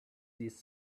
these